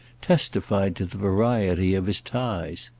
testified to the variety of his ties.